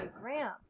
Graham